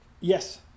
Yes